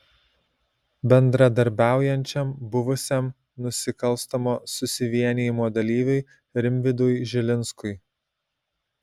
bendradarbiaujančiam buvusiam nusikalstamo susivienijimo dalyviui rimvydui žilinskui